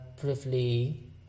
briefly